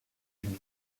une